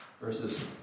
versus